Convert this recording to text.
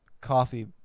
coffee